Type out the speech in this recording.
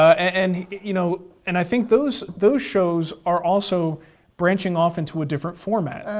and you know and i think those those shows are also branching off into a different format.